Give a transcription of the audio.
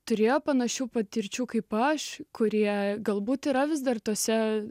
turėjo panašių patirčių kaip aš kurie galbūt yra vis dar tuose